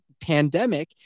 pandemic